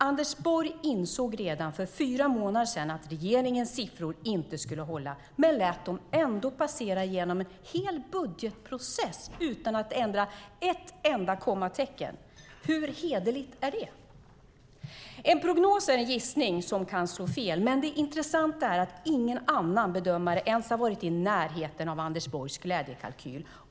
Anders Borg insåg redan för fyra månader sedan att regeringens siffror inte skulle hålla men lät dem ändå passera genom en hel budgetprocess utan att ändra ett enda kommatecken. Hur hederligt är det? En prognos är en gissning som kan slå fel, men det intressanta är att ingen annan bedömare ens har varit i närheten av Anders Borgs glädjekalkyl.